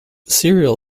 serial